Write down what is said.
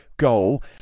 goal